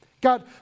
God